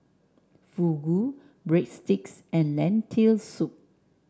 Fugu Breadsticks and Lentil Soup